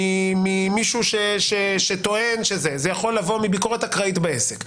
ממישהו שטוען, או מביקורת אקראית בעסק.